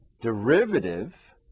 derivative